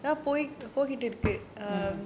mm